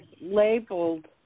labeled